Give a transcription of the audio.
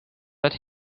that